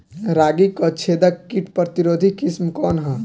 रागी क छेदक किट प्रतिरोधी किस्म कौन ह?